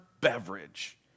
beverage